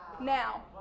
Now